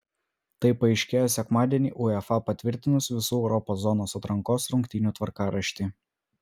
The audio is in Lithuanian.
tai paaiškėjo sekmadienį uefa patvirtinus visų europos zonos atrankos rungtynių tvarkaraštį